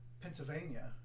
Pennsylvania